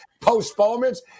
postponements